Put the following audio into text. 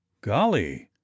golly